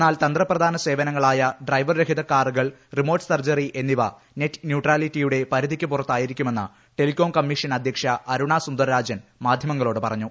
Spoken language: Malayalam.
എന്നാൽ തന്ത്രപ്രധാന സേവനങ്ങളായ ഡ്രൈവർ രഹിത കാറുകൾ റിമോർട്ട് സർജറി എന്നിവ നെറ്റ് ന്യൂട്രാലിറ്റിയുടെ പരിധിയ്ക്ക് പുറത്തായിരിക്കുമെന്ന് telecom commission chairman Aruna Sundar Rajan മാധ്യമങ്ങളോട് പറഞ്ഞു